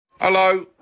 Hello